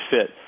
fit